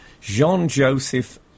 Jean-Joseph